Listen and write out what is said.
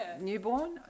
newborn